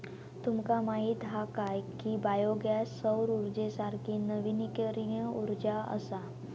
तुमका माहीत हा काय की बायो गॅस सौर उर्जेसारखी नवीकरणीय उर्जा असा?